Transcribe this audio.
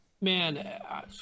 man